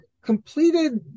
completed